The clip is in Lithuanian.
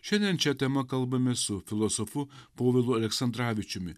šiandien šia tema kalbamės su filosofu povilu aleksandravičiumi